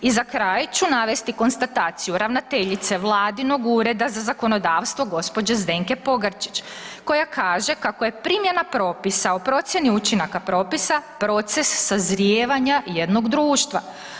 I za kraj ću navesti konstataciju ravnateljice Vladinog ureda za zakonodavstvo gđe. Zdenke Pogarčić koja kaže kako je primjena propisa o procijeni učinaka propisa proces sazrijevanja jednog društva.